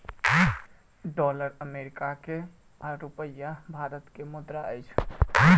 dollar America के आ रूपया भारत के मुद्रा अछि